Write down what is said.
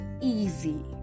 easy